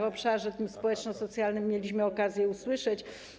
O obszarze społeczno-socjalnym mieliśmy okazję usłyszeć.